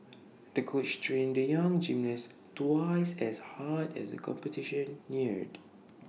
the coach trained the young gymnast twice as hard as the competition neared